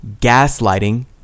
gaslighting